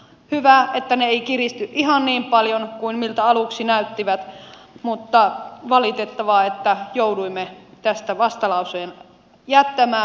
hyvä että ne eivät kiristy ihan niin paljon kuin miltä aluksi näytti mutta valitettavaa että jouduimme tästä vastalauseen jättämään